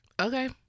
Okay